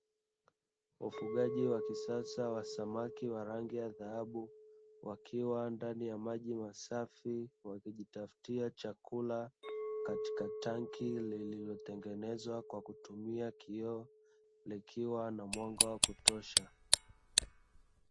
Ufugaji wa kisasa wa samaki wa rangi ya dhahabu wakiwa ndani ya maji masafi wakijitafutia chakula katika tanki lililotengenezwa kwa kutumia kioo likiwa na mwanga wa kutosha.